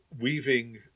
weaving